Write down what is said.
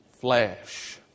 flesh